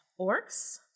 orcs